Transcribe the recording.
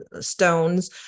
stones